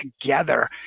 together